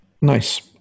nice